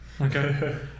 Okay